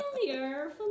familiar